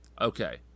Okay